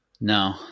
No